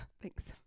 Thanks